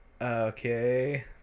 Okay